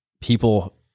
people